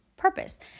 purpose